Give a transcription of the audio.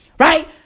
Right